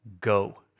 go